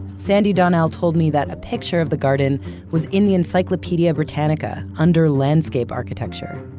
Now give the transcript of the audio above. sandy donnell told me that a picture of the garden was in the encyclopedia britannica, under landscape architecture.